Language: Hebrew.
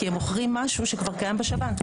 כי הם מוכרים משהו שכבר קיים בשב"ן.